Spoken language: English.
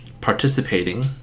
participating